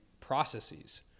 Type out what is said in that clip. processes